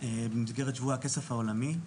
במסגרת שבוע הכסף העולמי,